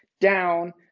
down